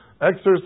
Exercise